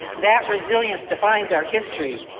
that resilience defines our history.